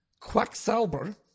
Quacksalber